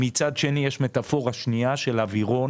מצד שני יש מטאפורה שנייה של אווירון